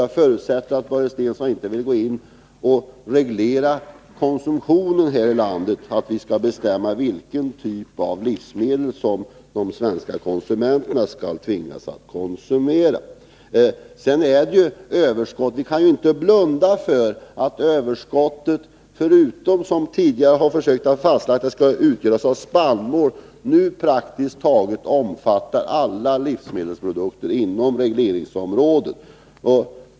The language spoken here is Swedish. Jag förutsätter att han inte vill gå in och reglera konsumtionen här i landet, bestämma vilken typ av livsmedel som de svenska konsumenterna skall tvingas konsumera. Vi kan inte blunda för att överskottet, som tidigare har utgjorts av spannmål, nu praktiskt taget omfattar alla livsmedelsprodukter inom regleringsområdet.